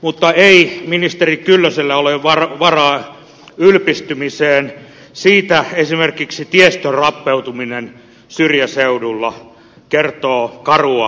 mutta ei ministeri kyllösellä ole varaa ylpistymiseen siitä esimerkiksi tiestön rappeutuminen syrjäseudulla kertoo karua kieltään